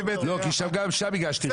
כי גם שם הגשתי רוויזיה.